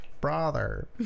brother